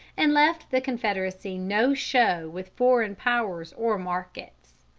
and left the confederacy no show with foreign powers or markets.